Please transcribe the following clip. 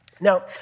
Now